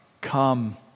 come